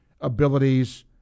abilities